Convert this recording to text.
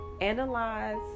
analyze